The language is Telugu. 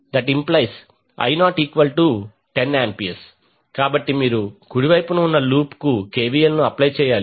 5I0I010A ఇప్పుడు మీరు కుడి వైపున ఉన్న లూప్కు కెవిఎల్ను అప్లై చేయాలి